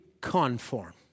conform